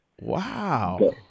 Wow